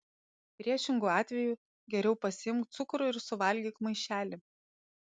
priešingu atveju geriau pasiimk cukrų ir suvalgyk maišelį